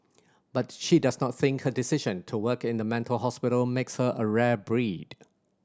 but she does not think her decision to work in the mental hospital makes her a rare breed